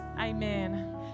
amen